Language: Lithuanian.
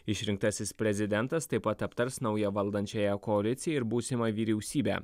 išrinktasis prezidentas taip pat aptars naują valdančiąją koaliciją ir būsimą vyriausybę